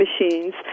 machines